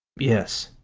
yes,